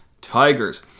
Tigers